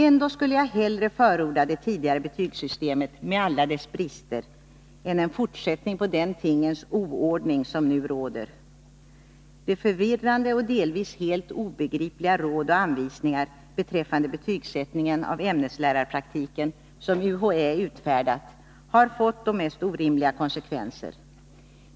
Ändå skulle jag hellre förorda det tidigare betygssystemet med alla dess brister än en fortsättning på den tingens oordning som nu råder. De förvirrande och delvis helt obegripliga råd och anvisningar beträffande betygsättningen av ämneslärarpraktiken som UHÄ utfärdat har fått de mest orimliga konsekvenser.